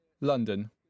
London